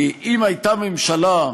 כי אם הייתה ממשלה,